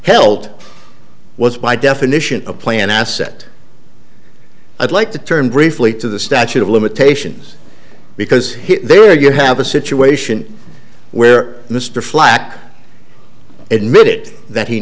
held was by definition a planned asset i'd like to turn briefly to the statute of limitations because him there you have a situation where mr flack admit it that he